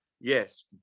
yes